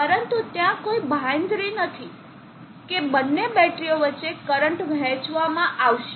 પરંતુ ત્યાં કોઈ બાંયધરી નથી કે બંને બેટરીઓ વચ્ચે કરંટ વહેંચવામાં આવશે